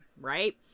right